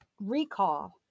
recall